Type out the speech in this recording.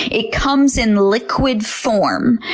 it comes in liquid form,